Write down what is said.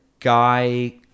guy